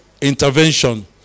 intervention